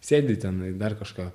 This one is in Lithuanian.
sėdi tenai dar kažką